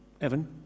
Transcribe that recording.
Evan